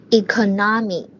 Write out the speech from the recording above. economy